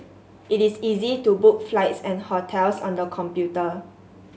it is easy to book flights and hotels on the computer